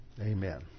Amen